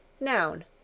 Noun